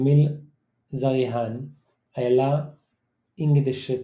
אמיל זריהן איילה אינגדשט,